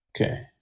okay